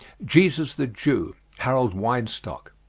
jesus the jew, harold weinstock.